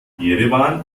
jerewan